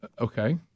Okay